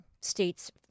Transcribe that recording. states